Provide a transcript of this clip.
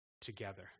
together